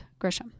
Grisham